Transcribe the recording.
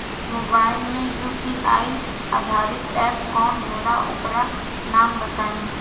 Mobile म UPI आधारित app कौन होला ओकर नाम बताईं?